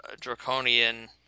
draconian